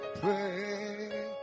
pray